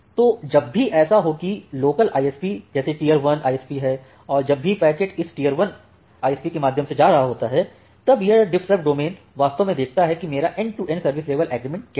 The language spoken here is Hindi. तो जब भी ऐसा हो कि लोकल ISP जैसे टीयर 1 आईएसपी है और जब भी पैकेट इस टीयर 1 आई एसपी के माध्यम से जा रहा होता हैतब यह डिफर्सरव डोमेन वास्तव में देखता है कि मेरा end to end service level agreement क्या है